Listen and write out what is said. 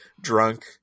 drunk